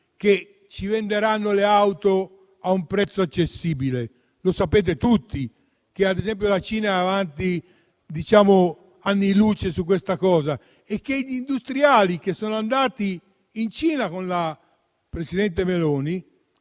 che ci venderanno le auto a un prezzo accessibile. Sapete tutti, ad esempio, che la Cina è avanti anni luce nel settore e che gli industriali che sono andati lì con la presidente Meloni